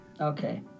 Okay